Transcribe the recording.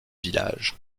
villages